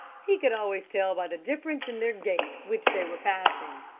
he could always tell by the difference in their gait which they were passing.